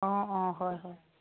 অঁ অঁ হয় হয়